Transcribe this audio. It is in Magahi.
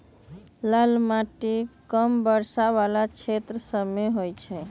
लाल माटि कम वर्षा वला क्षेत्र सभमें होइ छइ